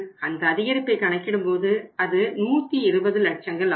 அந்த அதிகரிப்பை கணக்கிடும் போது அது 120 லட்சங்கள் ஆகும்